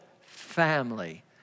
family